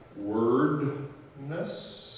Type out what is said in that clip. wordness